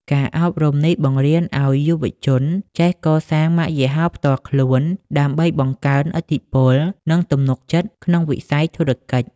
ការអប់រំនេះបង្រៀនឱ្យយុវជនចេះ "កសាងម៉ាកយីហោផ្ទាល់ខ្លួន" ដើម្បីបង្កើនឥទ្ធិពល និងទំនុកចិត្តក្នុងវិស័យធុរកិច្ច។